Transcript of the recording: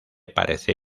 parece